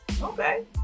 Okay